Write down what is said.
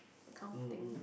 that kind of thing